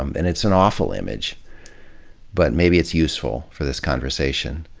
um and it's an awful image but maybe it's useful for this conversation.